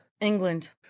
england